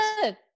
good